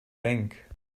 think